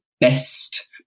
best